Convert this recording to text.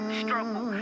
struggle